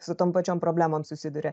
su tom pačiom problemom susiduria